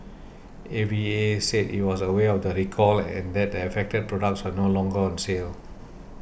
A V A said it was aware of the recall and that the affected products were no longer on sale